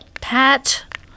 Pat